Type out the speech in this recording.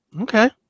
okay